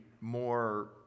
more